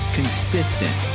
consistent